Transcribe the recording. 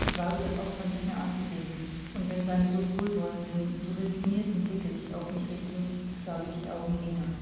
ich wage das opfer nicht mehr anzusehen und wenn seine so wohlwollenden so resignirten blicke sich auf mich richten schlage ich die augen nieder